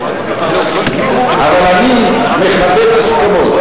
אבל אני מכבד הסכמות.